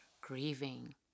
grieving